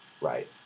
Right